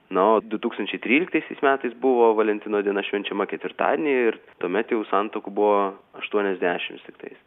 na o du tūkstančiai tryliktaisiais metais buvo valentino diena švenčiama ketvirtadienį ir tuomet jau santuokų buvo aštuoniasdešims tiktais